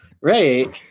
Right